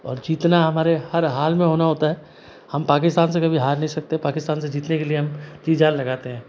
और जितना हमारे हर हाल में होना होता है हम पाकिस्तान से कभी हार नहीं सकते पाकिस्तान से जीतने के लिए हम जी जान लगाते हैं